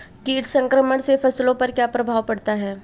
कीट संक्रमण से फसलों पर क्या प्रभाव पड़ता है?